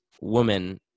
woman